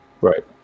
Right